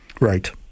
Right